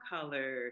color